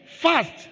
fast